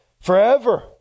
Forever